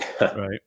right